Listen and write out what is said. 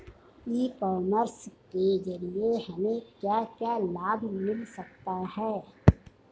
ई commerce के ज़रिए हमें क्या क्या लाभ मिल सकता है?